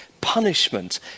punishment